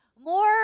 more